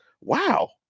wow